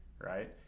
right